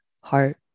Heart